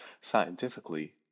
Scientifically